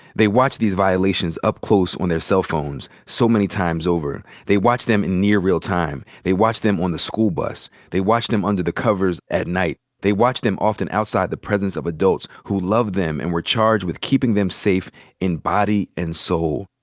they watch these violations up close on their cell phones so many times over. they watch them in near real time. they watch them on the school bus. they watch them under the covers at night. they watch them often outside the presence of adults who love them, and were charged with keeping them safe in body and soul.